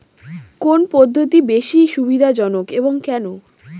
কোন পদ্ধতি বেশি সুবিধাজনক এবং কেন?